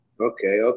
Okay